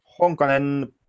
Honkanen